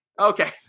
Okay